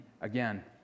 again